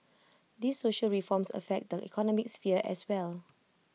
these social reforms affect the economic sphere as well